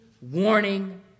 warning